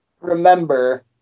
remember